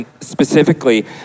specifically